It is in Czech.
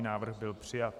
Návrh byl přijat.